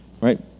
right